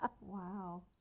Wow